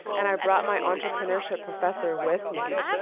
and i brought my entrepreneurship professor with me.